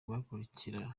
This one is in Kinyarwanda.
guhagurukira